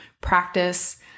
practice